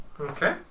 Okay